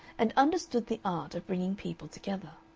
and understood the art of bringing people together.